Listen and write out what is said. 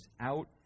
out